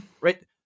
Right